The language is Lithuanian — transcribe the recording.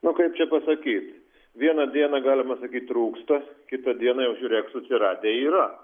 nu kaip čia pasakyt vieną dieną galima sakyt trūksta kitą dieną jau žiūrėk susiradę yra